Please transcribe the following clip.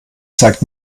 zeigt